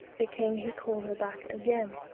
the king he cal'd her back againe,